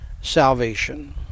salvation